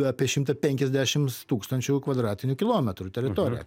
apie šimtą penkiasdešimts tūkstančių kvadratinių kilometrų teritoriją